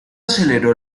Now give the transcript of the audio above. aceleró